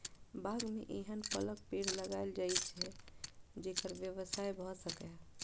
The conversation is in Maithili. बाग मे एहन फलक पेड़ लगाएल जाए छै, जेकर व्यवसाय भए सकय